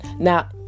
Now